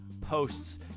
posts